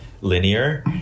linear